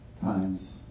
times